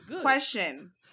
Question